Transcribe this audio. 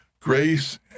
grace